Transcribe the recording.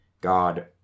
God